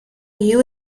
you